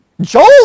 Joel